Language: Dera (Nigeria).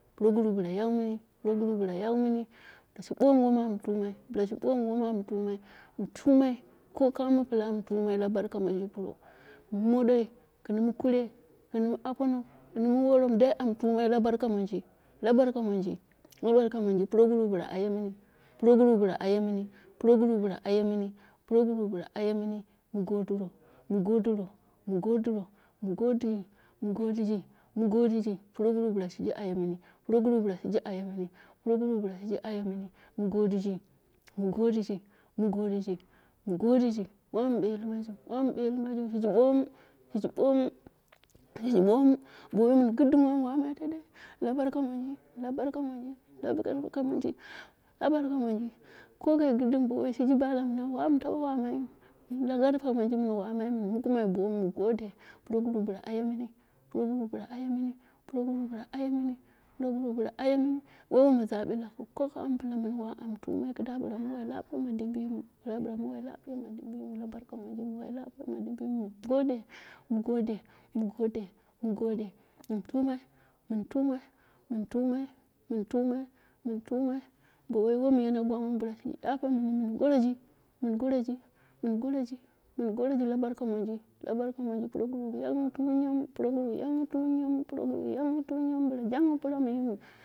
Progueu bila yai mini, proguru bila yai mini, bila bomu wam amu tumai, bila bomu wom amu tumai. amu tumai, ko kamo, pilu am tumai la barka maji pro mi modoi gɨn mu kurai, gin ma apono, gɨn mu worom dai amu tuni la barka maji, la barka minji, la barka monji proguru bila aye mini, proguru bila aye mini progura bila aye mini, proguru bila aye mini, ma godiro mi godiro, mu godiro, mugɨdiro mu godiro, mo gojiri, ma gojiji, proguru shiji aye mini, proguru bilu shiji aye mini, proguru bila shiji aye mini, proguru bila shiji aye mini, mu godisi, mu godiji, mu godiji, mu godiji, wamu beli majiu, wamu beli majia shiji bomul shiji bomu, shiji bomu, bo wamin gɨddiu am wamai tende la barka monji, la barka mamai la barka monji, la barka mamai bo wai shijiu wamu taba waman yu, bo woi shiji bak minau woma tuba wamai ya, ba burka min min wamai mun mukumai bomu mu gode, proguru bila aye mini, proguru bila aye muni, proguru bila aye muni, proguru bila aye mani wai muni zabe lakiu, ko kumo pila ma onre tumai kida min wa am tumai, kida bila mu wai lapiya ma dimbiyimu. mu wai lapiya ma dimbiyim la barka monji, mu wai lapiya ma dimbi yimu, mu gode, nu gode, mu gode min tumai, muni tumani, mun tumai muntumai, mun tumai, bowai wam yena gwang wa bila wa yape mini mun goroji mun goroji. mum goroji la barka monji, la barka manji proguru yai mini por min din, proguru yamuni pormindin, proguru jang pira mamu